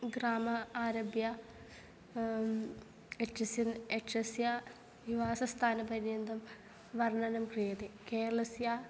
ग्रामात् आरभ्य यक्षस्य यक्षस्य निवासस्थानपर्यन्तं वर्णनं क्रियते केरलस्य